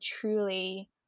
truly